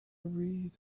read